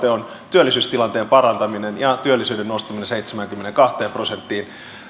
työllisyystilanteen parantaminen ja työllisyyden nostaminen seitsemäänkymmeneenkahteen prosenttiin